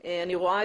בעיניי,